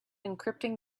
encrypting